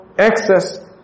excess